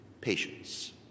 patience